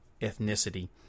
ethnicity